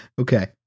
Okay